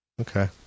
Okay